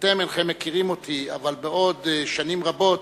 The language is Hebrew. אתם אינכם מכירים אותי, אבל בעוד שנים רבות,